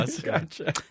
Gotcha